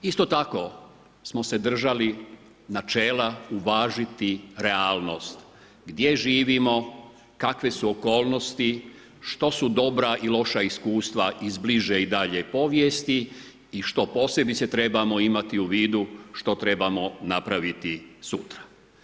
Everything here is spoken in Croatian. Isto tako smo se držali načela uvažiti realnost gdje živimo, kakve su okolnosti, što su dobra i loša iskustva iz bliže i dalje povijesti i što posebice trebamo imati u vidu što trebamo napraviti sutra.